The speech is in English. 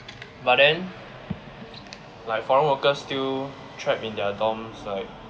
but then like foreign workers still trapped in their dorms like